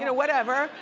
you know whatever.